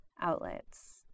outlets